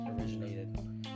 originated